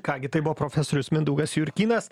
ką gi tai buvo profesorius mindaugas jurkynas